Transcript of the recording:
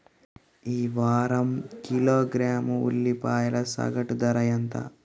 ఈ వారం కిలోగ్రాము ఉల్లిపాయల సగటు ధర ఎంత?